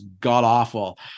god-awful